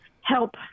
help